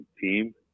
team